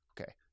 Okay